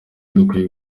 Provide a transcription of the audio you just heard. dukwiye